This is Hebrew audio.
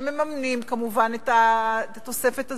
שמממנים כמובן את התוספת הזו,